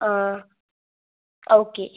ആ ഓക്കെ